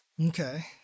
Okay